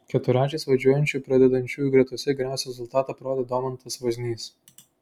keturračiais važiuojančių pradedančiųjų gretose geriausią rezultatą parodė domantas vaznys